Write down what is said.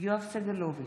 יואב סגלוביץ'